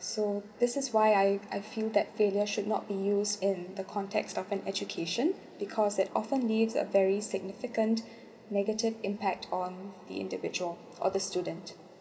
so this is why I I feel that failure should not be used in the context of an education because they often leaves a very significant negative impact on the individual or the student